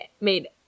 made